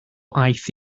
aeth